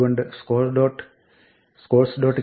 അതുകൊണ്ട് scores